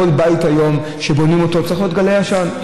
בכל בית היום שבונים צריך להיות גלאי עשן,